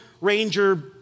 ranger